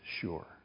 sure